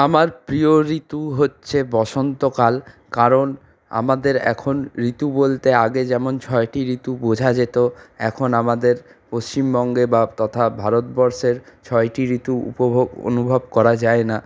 আমার প্রিয় ঋতু হচ্ছে বসন্তকাল কারণ আমাদের এখন ঋতু বলতে আগে যেমন ছয়টি ঋতু বোঝা যেত এখন আমাদের পশ্চিমবঙ্গে বা তথা ভারতবর্ষের ছয়টি ঋতু উপভোগ অনুভব করা যায় না